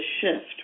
shift